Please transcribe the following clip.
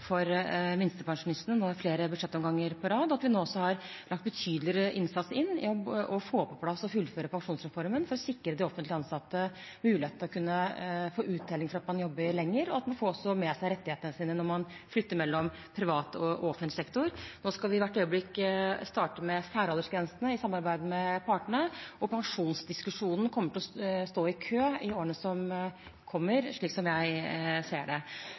for minstepensjonistene – i flere budsjettomganger på rad – og at vi nå også har lagt en betydelig innsats inn i å få på plass og fullføre pensjonsreformen for å sikre offentlig ansatte mulighet til å kunne få uttelling for at man jobber lenger, og at man får også med seg rettighetene sine når man flytter mellom privat og offentlig sektor. Nå skal vi hvert øyeblikk starte med særaldersgrensene i samarbeid med partene, og temaene i pensjonsdiskusjonen kommer til å stå i kø i årene som kommer, slik jeg ser det.